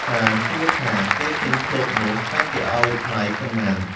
សាន្តសួរថា “គេទិញឃ្លោកនោះ តើគេឱ្យថ្លៃប៉ុន្មាន?”។